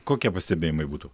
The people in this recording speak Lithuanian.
kokie pastebėjimai būtų